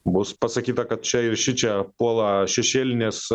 bus pasakyta kad čia ir šičia puola šešėlinės